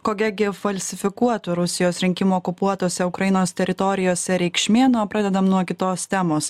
kogia gi falsifikuotų rusijos rinkimų okupuotose ukrainos teritorijose reikšmė na o pradedam nuo kitos temos